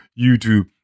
youtube